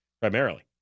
primarily